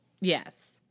Yes